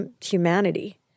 humanity